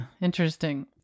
interesting